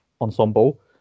ensemble